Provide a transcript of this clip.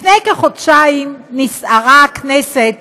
לפני כחודשיים נסערה הכנסת